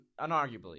unarguably